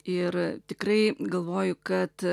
ir tikrai galvoju kad